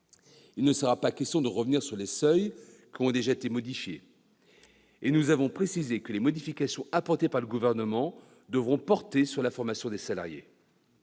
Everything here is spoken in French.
il ne sera pas question de revenir sur les seuils qui ont déjà été modifiés. Et nous avons précisé que les modifications apportées par le Gouvernement devront porter sur la formation des salariés.